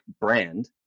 brand